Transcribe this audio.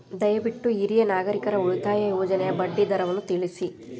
ದಯವಿಟ್ಟು ಹಿರಿಯ ನಾಗರಿಕರ ಉಳಿತಾಯ ಯೋಜನೆಯ ಬಡ್ಡಿ ದರವನ್ನು ತಿಳಿಸಿ